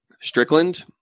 Strickland